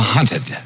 Hunted